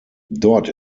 dort